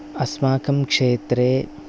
अस्माकं क्षेत्रे